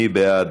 מי בעד?